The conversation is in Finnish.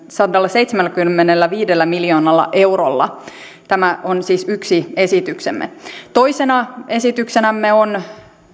sadallaseitsemälläkymmenelläviidellä miljoonalla eurolla tämä on siis yksi esityksemme toisena esityksenämme on